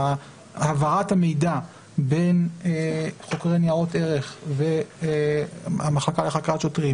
העברת המידע בין חוקרי ניירות ערך והמחלקה לחקירת שוטרים